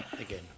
Again